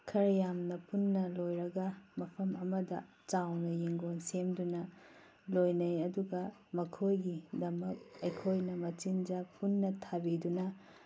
ꯈꯔ ꯌꯥꯝꯅ ꯄꯨꯟꯅ ꯂꯣꯏꯔꯒ ꯃꯐꯝ ꯑꯃꯗ ꯆꯥꯎꯅ ꯌꯦꯡꯒꯣꯟ ꯁꯦꯝꯗꯨꯅ ꯂꯣꯏꯅꯩ ꯑꯗꯨꯒ ꯃꯈꯣꯏꯒꯤꯗꯃꯛ ꯑꯩꯈꯣꯏꯅ ꯃꯆꯤꯟꯖꯥꯛ ꯄꯨꯟꯅ ꯊꯕꯤꯗꯨꯅ